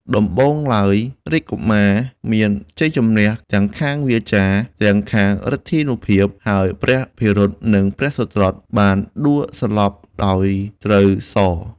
ដំបូងឡើងរាជកុមារមានជ័យជំនះ ទាំងខាងវាចា ទាំងខាងឫទ្ធានុភាព ហើយព្រះភិរុតនិងព្រះសុត្រុតបានដួលសន្លប់ដោយត្រូវសរ។